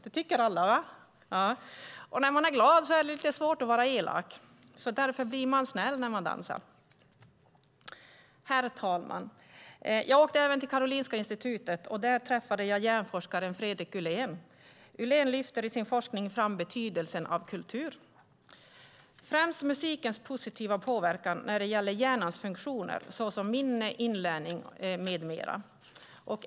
Det tycker alla, och när man är glad är det lite svårt att vara elak. Därför blir man snäll när man dansar. Herr talman! Jag åkte även till Karolinska Institutet. Där träffade jag hjärnforskaren Fredrik Ullén. Ullén lyfter i sin forskning fram betydelsen av kultur, främst musikens positiva påverkan när det gäller hjärnans funktioner, såsom minne, inlärning med mera.